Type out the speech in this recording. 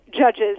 judges